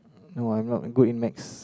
no I not good in maths